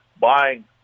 buying